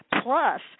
Plus